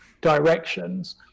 directions